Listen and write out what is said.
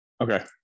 Okay